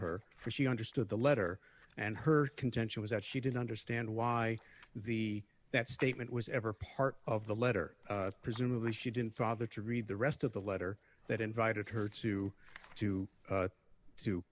her for she understood the letter and her contention was that she did understand why the that statement was ever part of the letter presumably she didn't bother to read the rest of the letter that invited her to to